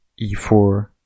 e4